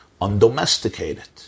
undomesticated